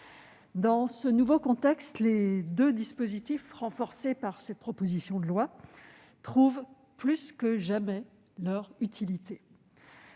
Dans ce nouveau contexte, les deux dispositifs renforcés par cette proposition de loi trouvent plus que jamais leur utilité.